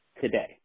today